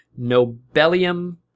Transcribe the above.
Nobelium